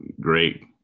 great